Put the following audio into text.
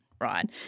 right